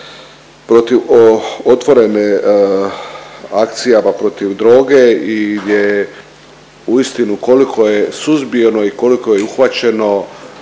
protiv otvorene akcijama protiv droge i gdje uistinu koliko je suzbijeno i koliko je uhvaćeno